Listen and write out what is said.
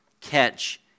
catch